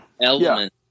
element